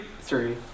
Three